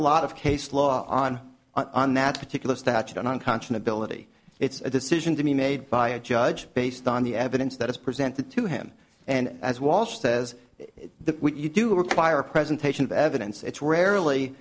lot of case law on on that particular statute unconscionable ity it's a decision to be made by a judge based on the evidence that is presented to him and as walsh says if the you do require presentation of evidence it's rarely